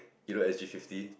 you know S_G fifty